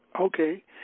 Okay